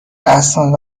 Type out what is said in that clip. اسناد